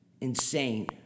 insane